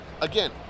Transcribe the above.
again